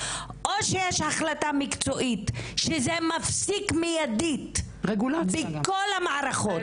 - או שיש החלטה מקצועית שזה מפסיק מיידית בכל המערכות.